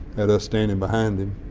had us standing behind him,